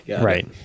Right